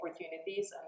opportunities